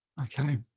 okay